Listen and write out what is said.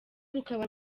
rukaba